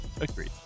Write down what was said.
Agreed